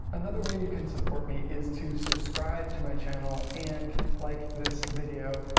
another way you can support me is to subscribe to my channel and like this video.